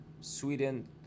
Sweden